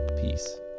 Peace